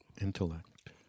intellect